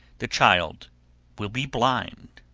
the child will be blind.